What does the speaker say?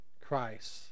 Christ